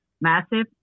massive